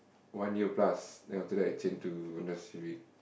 one year plus then after that I change to Honda-Civic